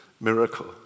miracle